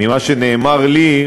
ממה שנאמר לי,